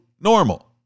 normal